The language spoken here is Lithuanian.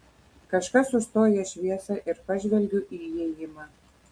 kažkas užstoja šviesą ir pažvelgiu į įėjimą